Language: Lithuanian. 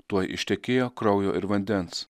tuoj ištekėjo kraujo ir vandens